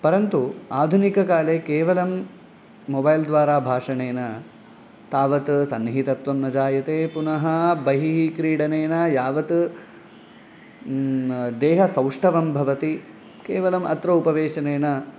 परन्तु आधुनिककाले केवलं मोबैल्द्वारा भाषणेन तावत् सन्निहितत्त्वं न जायते पुनः बहिः क्रीडनेन यावत् देहसौष्ठवं भवति केवलम् अत्र उपवेशनेन